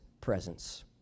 presence